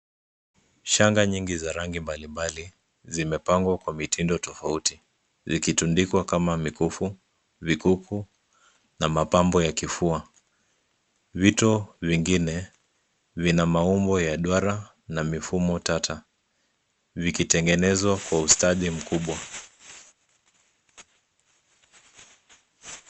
Shanga nyingi za rangi mbalimbali, zimepangwa kwa vitindo tofauti, zikitundikwa kama mikufu, vikuku na mapambo ya kufua. Vitu vingine, vina maumbo ya duara na mifumo tata, vikitengenezwa kwa ustadi mkubwa.